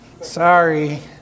Sorry